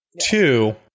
Two